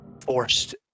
forced